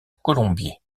colombier